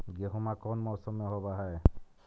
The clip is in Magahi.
गेहूमा कौन मौसम में होब है?